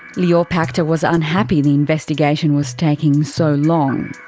lior pachter was unhappy the investigation was taking so long,